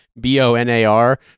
B-O-N-A-R